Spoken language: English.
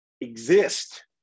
exist